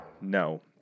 No